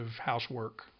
housework